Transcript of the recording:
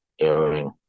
airing